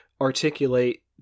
articulate